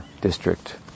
district